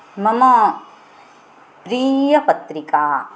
मम प्रियपत्रिका